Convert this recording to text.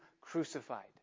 crucified